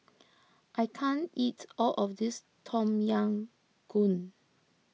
I can't eat all of this Tom Yam Goong